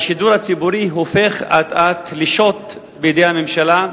השידור הציבורי הופך אט-אט לשוט בידי הממשלה,